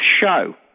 show